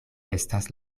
estas